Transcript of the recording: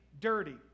dirty